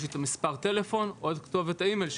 יש לי את מספר הטלפון או את כתובת האימייל שלו.